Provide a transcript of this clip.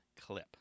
clip